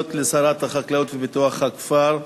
שאלות לשרת החקלאות ופיתוח הכפר.